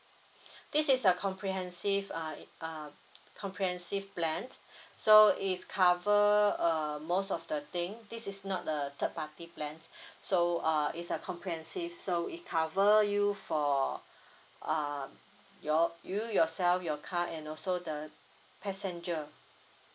this is a comprehensive uh it uh comprehensive plan so is cover uh most of the thing this is not the third party plan so uh is a comprehensive so it cover you for uh you all you yourself your car and also the passenger